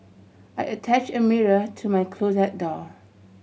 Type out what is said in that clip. I attach a mirror to my closet door